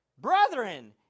brethren